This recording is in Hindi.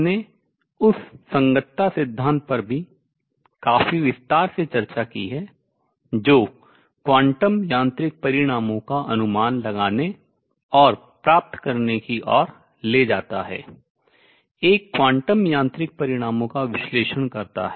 हमने उस संगतता सिद्धांत पर भी काफी विस्तार से चर्चा की है जो क्वांटम यांत्रिक परिणामों का अनुमान लगाने और प्राप्त करने की ओर ले जाता है एक क्वांटम यांत्रिक परिणामों का विश्लेषण करता है